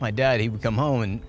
my dad he would come home and